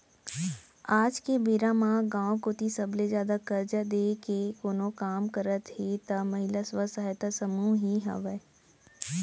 आज के बेरा म गाँव कोती सबले जादा करजा देय के कोनो काम करत हे त महिला स्व सहायता समूह ही हावय